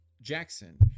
Jackson